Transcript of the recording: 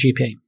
GP